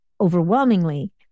overwhelmingly